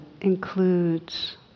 includes